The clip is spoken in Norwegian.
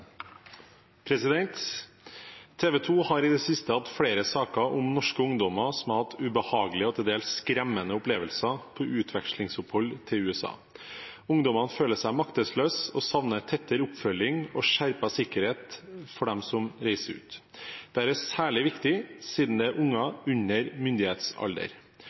har i det siste hatt flere saker om norske ungdommer som har hatt ubehagelige og til dels skremmende opplevelser under utvekslingsopphold i USA. Ungdommene føler seg maktesløse og savner tettere oppfølging og skjerpet sikkerhet for dem som reiser ut. Dette er særlig viktig siden det dreier seg om barn under myndighetsalder.